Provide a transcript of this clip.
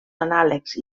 anàlegs